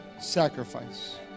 sacrifice